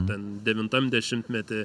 ten devintam dešimtmety